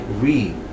read